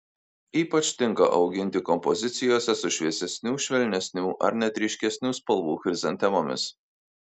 ypač tinka auginti kompozicijose su šviesesnių švelnesnių ar net ryškesnių spalvų chrizantemomis